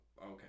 okay